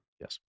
Yes